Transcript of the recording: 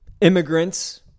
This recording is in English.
immigrants